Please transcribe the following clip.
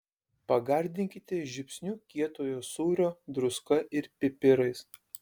pagardinkite žiupsniu kietojo sūrio druska ir pipirais